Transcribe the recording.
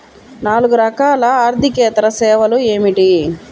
నాలుగు రకాల ఆర్థికేతర సేవలు ఏమిటీ?